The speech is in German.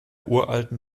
uralten